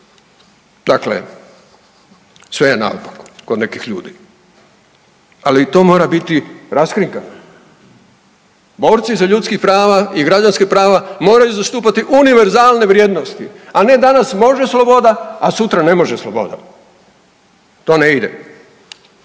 Dakle, sve je naopako kod nekih ljudi, ali to mora biti raskrinkano. Borci za ljudskih prava i građanskih prava moraju zastupati univerzalne vrijednosti, a ne danas može sloboda, a sutra ne može sloboda, to ne ide.